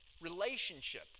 Relationship